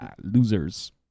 losers